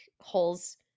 holes